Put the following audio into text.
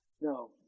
No